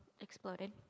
exploded